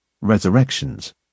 Resurrections